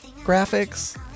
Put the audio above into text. graphics